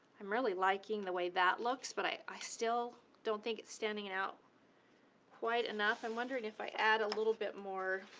i'm really liking the way that looks. but i i still don't think it's standing it out quite enough. i'm wondering if i add a little bit more